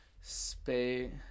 Space